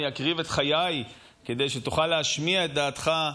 אקריב את חיי כדי שתוכל להשמיע את דעתך,